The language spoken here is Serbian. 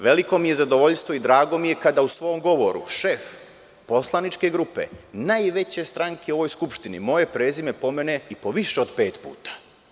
Veliko mi je zadovoljstvo i drago mi je kada u svom govoru šef poslaničke grupe najveće stranke u ovoj Skupštini moje prezime pomene i po više od pet puta.